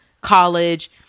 college